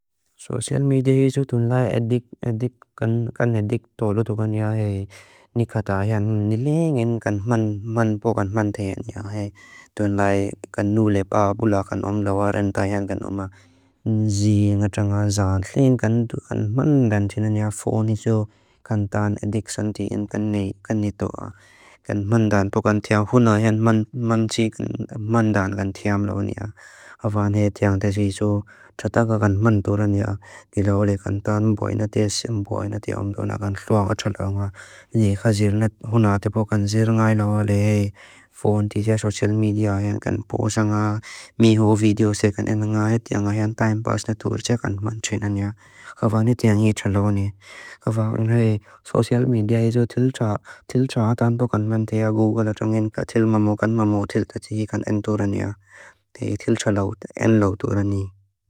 Sosial media iso tun lai edik kan edik tolo tukaniya hei. Nikata hea. Nilingin kan man pokan man tehe niya hei. Tun lai kan nule paa bula kan omdawa renta hea kan oma. Nzii ngatanga zaatlin kan tukan mandan tina niya foo niso kan taan edik santiin kan ni toa. Kan mandan pokan tia huna hea mandan kan tiam lau niya. Kafaan hea tia nta si iso tata ka kan mandura niya. Tila ole kan taan mboina tisa mboina tia omdawa na kan lua tola nga. Nzii khazir na huna te pokan zir ngai lau ole hei. Foon tia tia sosial media hea kan posa nga miho video sekan ena nga hea tia nga hea timepass na tur tia kan mandura niya. Kafaan hea tia ngi tsa lau ni. Kafaan hea sosial media hea iso til tsa. Til tsa taan pokan man teha google ato ngin ka til mamo kan mamo til ta tiki kan en tola niya. Tia hea til tsa lau. En lau tola ni.